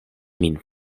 min